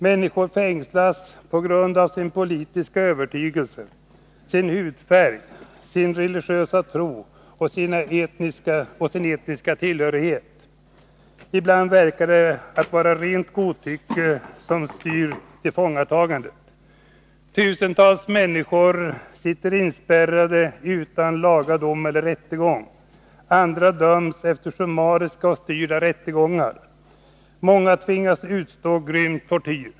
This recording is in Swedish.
Människor fängslas på grund av sin politiska övertygelse, sin hudfärg, sin religiösa tro och sin etniska tillhörighet. Ibland verkar det vara ett rent godtycke som styr tillfångatagandet. Tusentals människor sitter inspärrade utan laga dom eller rättegång. Andra döms efter summariska och styrda rättegångar. Många tvingas utstå grym tortyr.